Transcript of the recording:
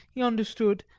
he understood,